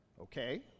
Okay